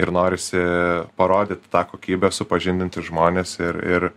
ir norisi parodyti tą kokybę supažindinti žmones ir ir